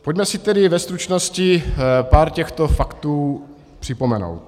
Pojďme si tedy ve stručnosti pár těchto faktů připomenout.